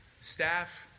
staff